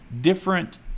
different